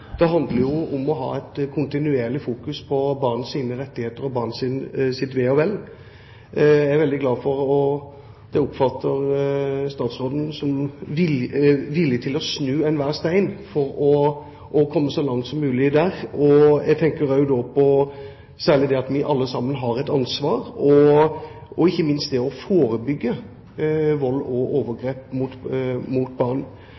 å fokusere på barns rettigheter og barns ve og vel. Jeg oppfatter statsråden som villig til å snu enhver stein for å komme så langt som mulig der. Det er jeg veldig glad for. Jeg tenker særlig på det at vi alle sammen har et ansvar, ikke minst for å forebygge vold og overgrep mot barn.